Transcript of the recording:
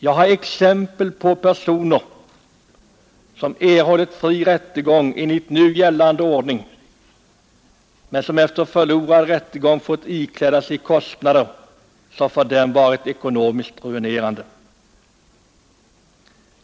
Jag har exempel på personer som erhållit fri rättegång enligt nu gällande ordning, men som efter en förlorad rättegång fått ikläda sig kostnader som för dem varit ekonomiskt ruinerande.